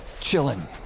Chilling